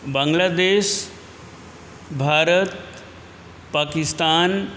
बाग्ङ्लादेस् भारतः पाकिस्तान्